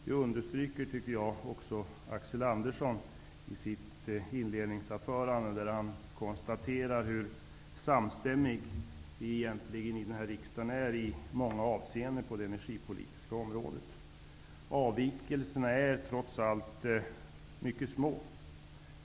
Detta understryker också Axel Andersson i sitt inledningsanförande, där han konstaterar hur samstämmiga vi egentligen är i många avseenden på det energipolitiska området i denna riksdag. Avvikelserna är trots allt mycket små.